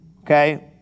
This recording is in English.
Okay